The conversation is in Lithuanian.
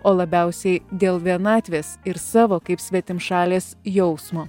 o labiausiai dėl vienatvės ir savo kaip svetimšalės jausmo